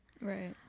right